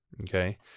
okay